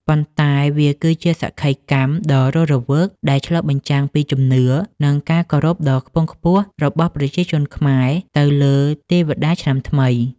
ប៉ុន្តែវាគឺជាសក្ខីកម្មដ៏រស់រវើកដែលឆ្លុះបញ្ចាំងពីជំនឿ និងការគោរពដ៏ខ្ពង់ខ្ពស់របស់ប្រជាជនខ្មែរទៅលើទេវតាឆ្នាំថ្មី។